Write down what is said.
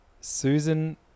Susan